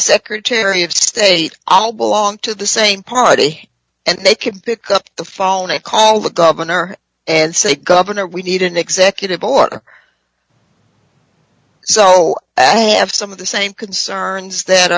secretary of state all belong to the same party and they can pick up the phone and call the governor and say governor we need an executive order so i have some of the same concerns that